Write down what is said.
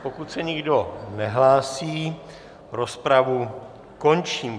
Pokud se nikdo nehlásí, rozpravu končím.